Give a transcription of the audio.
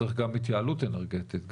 צריך גם התייעלות אנרגטית,